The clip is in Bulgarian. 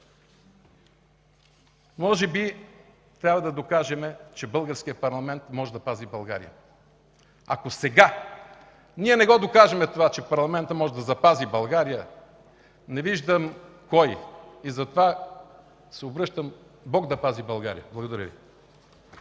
Може би трябва да докажем, че Българският парламент може да пази България. Ако сега ние не докажем, че Парламентът може да пази България, не виждам кой! И затова се обръщам: Бог да пази България! Благодаря.